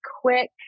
quick